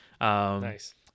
Nice